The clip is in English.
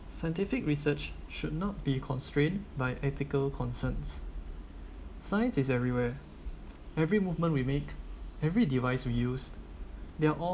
scientific research should not be constrained by ethical concerns science is everywhere every movement we make every device we used they all